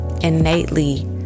innately